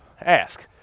ask